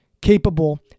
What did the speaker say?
Capable